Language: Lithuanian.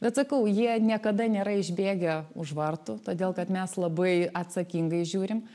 bet sakau jie niekada nėra išbėgę už vartų todėl kad mes labai atsakingai žiūrim